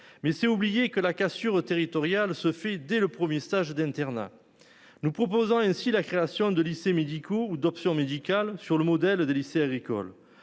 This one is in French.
Mais c'est oublier que la cassure territoriale se fait dès le premier stage d'internat. Nous proposons ainsi la création de lycées médicaux ou d'options médicales sur le modèle de lycée agricole.